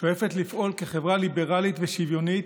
ששואפת לפעול כחברה ליברלית ושוויונית,